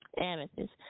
Amethyst